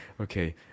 Okay